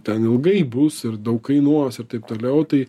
ten ilgai bus ir daug kainuos ir taip toliau tai